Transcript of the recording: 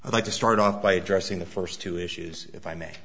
i'd like to start off by addressing the st two issues if i may